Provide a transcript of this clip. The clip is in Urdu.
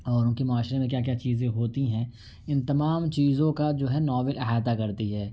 اور ان کے معاشرے میں کیا کیا چیزیں ہوتی ہیں ان تمام چیزوں کا جو ہے ناول احاطہ کرتی ہے